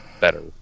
better